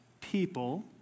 people